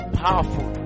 powerful